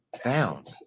found